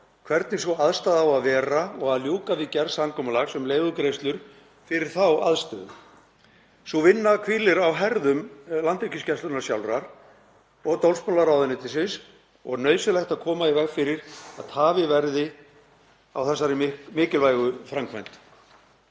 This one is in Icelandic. hvernig sú aðstaða á að vera og að ljúka við gerð samkomulags um leigugreiðslur fyrir þá aðstöðu. Sú vinna hvílir á herðum Landhelgisgæslunnar sjálfrar og dómsmálaráðuneytisins og nauðsynlegt að koma í veg fyrir að tafir verði á þessari mikilvægu framkvæmd.